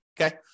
okay